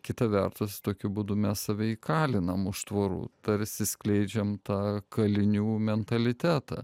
kita vertus tokiu būdu mes save įkaliname už tvorų tarsi skleidžiam tą kalinių mentalitetą